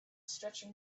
stretching